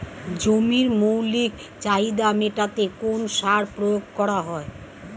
জমির মৌলিক চাহিদা মেটাতে কোন সার প্রয়োগ করা হয়?